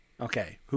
Okay